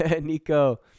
Nico